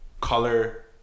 color